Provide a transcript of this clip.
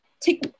take